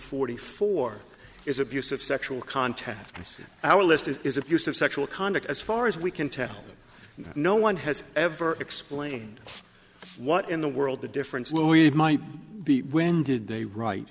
forty four is abuse of sexual contact us our list is abusive sexual conduct as far as we can tell no one has ever explained what in the world the difference well we might be when did they write